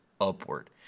upward